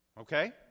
okay